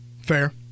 Fair